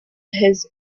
his